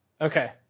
Okay